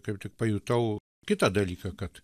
kaip tik pajutau kitą dalyką kad